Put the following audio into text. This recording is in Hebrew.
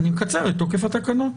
אני מקצר את תוקף התקנות.